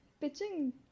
Pitching